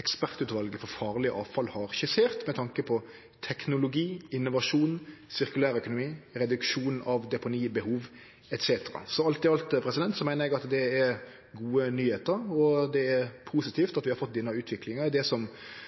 ekspertutvalet for farleg avfall har skissert med tanke på teknologi, innovasjon, sirkulær økonomi, reduksjon av deponibehov etc. Alt i alt meiner eg at det er gode nyheiter, og det er positivt at vi har fått denne utviklinga